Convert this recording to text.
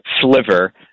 sliver